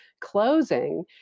closing